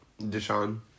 Deshaun